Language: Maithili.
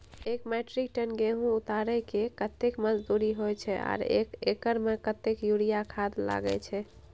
एक मेट्रिक टन गेहूं उतारेके कतेक मजदूरी होय छै आर एक एकर में कतेक यूरिया खाद लागे छै?